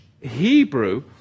Hebrew